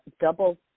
double